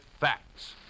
facts